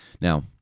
Now